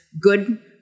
good